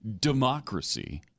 democracy